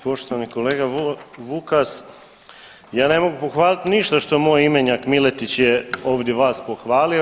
Poštovani kolega Vukas, ja ne mogu pohvaliti ništa što moj imenjak Miletić je ovdje vas pohvalio.